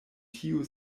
tiu